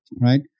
right